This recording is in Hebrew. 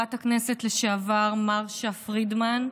לחברת הכנסת לשעבר מרשה פרידמן,